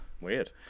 weird